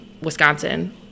Wisconsin